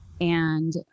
And-